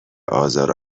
آزار